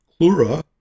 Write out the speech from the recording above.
clura